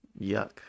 Yuck